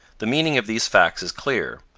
the meaning of these facts is clear.